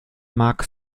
mark